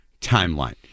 timeline